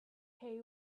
hay